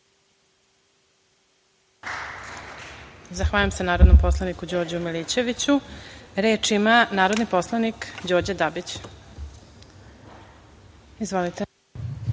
Zahvaljujem se narodnom poslaniku Đorđu Milićeviću. Reč ima narodni poslanik Đorđe Dabić. Izvolite.